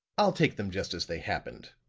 i'll take them just as they happened.